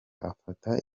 afata